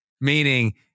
Meaning